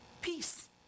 peace